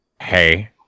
hey